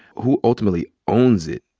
who ultimately owns it?